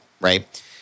right